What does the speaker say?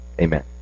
amen